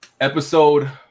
episode